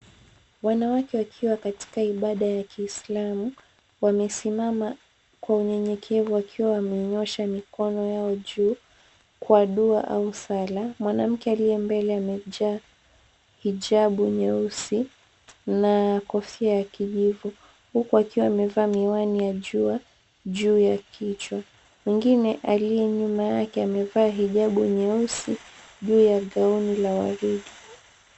Wanawake wakiwa katika ibada ya kiislamu wamesimama kwa unyenyekevu wakiwa wamenyoosha mikono yao juu, kwa dua au sala, mwanamke aliye mbele amejaa hijabu nyeusi na kofia ya kijivu, huku akiwa amevaa miwani ya jua juu ya kichwa. Mwingine aliye nyuma yake amevaa hijabu nyeusi juu ya gauni la waridi.